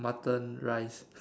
mutton rice